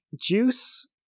juice